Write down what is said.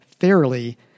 fairly